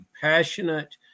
passionate